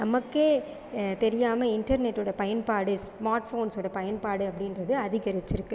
நமக்கே தெரியாமல் இன்டர்நெட்டோடய பயன்பாடு ஸ்மார்ட் ஃபோன்ஸோடய பயன்பாடு அப்படின்றது அதிகரிச்சுருக்கு